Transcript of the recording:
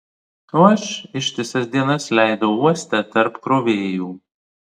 o aš ištisas dienas leidau uoste tarp krovėjų